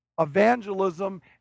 evangelism